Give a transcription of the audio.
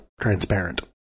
transparent